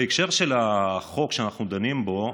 בהקשר של החוק שאנחנו דנים בו,